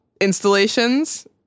installations